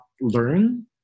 learn